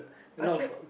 I should